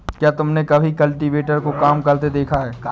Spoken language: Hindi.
क्या तुमने कभी कल्टीवेटर को काम करते देखा है?